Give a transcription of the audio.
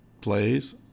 plays